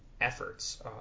efforts